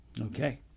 Okay